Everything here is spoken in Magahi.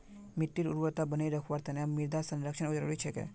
मिट्टीर उर्वरता बनई रखवार तना मृदा संरक्षण जरुरी छेक